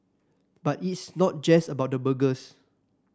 but it's not just about the burgers